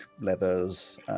leathers